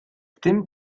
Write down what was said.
tym